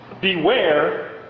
Beware